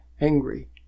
angry